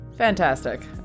Fantastic